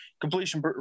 completion